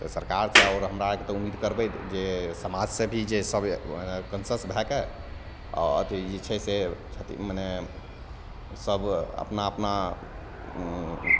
तऽ सरकारसे आओर हमरा आओरके उम्मीद करबै कि जे समाजसे जे भी सब कॉन्शस भए के अँ ई जे छै से मने सभ अपना अपना ओ